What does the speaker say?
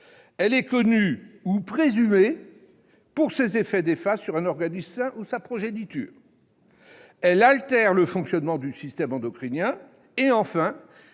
elle est connue ou présumée pour ses effets néfastes sur un organisme sain ou sa progéniture ; elle altère le fonctionnement du système endocrinien ; il